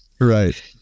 Right